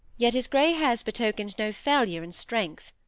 yet his grey hairs betokened no failure in strength.